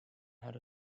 had